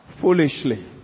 foolishly